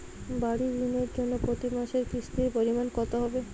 বাড়ীর ঋণের জন্য প্রতি মাসের কিস্তির পরিমাণ কত হবে?